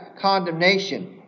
condemnation